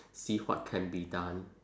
see what can be done